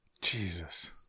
jesus